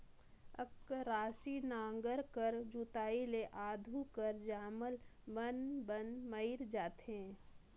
अकरासी नांगर कर जोताई ले आघु कर जामल बन मन मइर जाथे